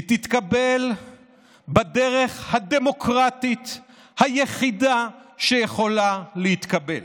היא תתקבל בדרך הדמוקרטית היחידה שיכולה להתקבל.